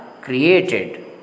created